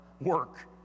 work